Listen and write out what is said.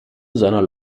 seiner